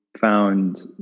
found